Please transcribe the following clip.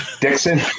Dixon